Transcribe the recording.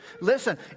Listen